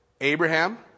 Abraham